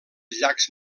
llacs